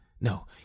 no